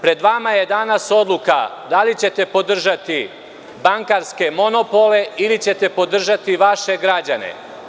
Pred vama je danas oduka, da li ćete podržati bankarske monopole ili ćete podržati vaše građane.